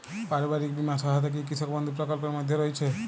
পারিবারিক বীমা সহায়তা কি কৃষক বন্ধু প্রকল্পের মধ্যে রয়েছে?